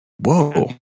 Whoa